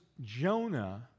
Jonah